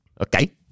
Okay